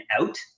out